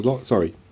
sorry